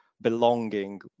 belonging